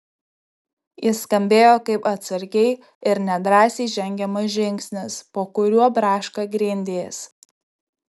jis skambėjo kaip atsargiai ir nedrąsiai žengiamas žingsnis po kuriuo braška grindys